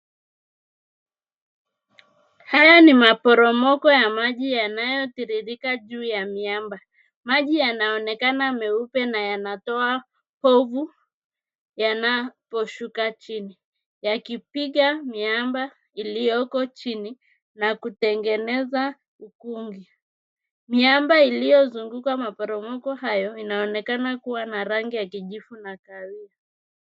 Haya ni maporomoko ya maji yanayotiririka juu ya miamba. Maji yanaonekana meupe na yanatoa povu yanaposhuka chini, yakipiga miamba iliyoko chini, na kutengeneza ukungu. Miamba iliyozunguka maporomoko hayo, inaonekana kua na rangi ya kijivu na kahawia.